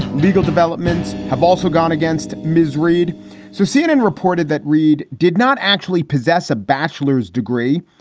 legal developments have also gone against miss reid so cnn reported that reid did not actually possess a bachelors degree,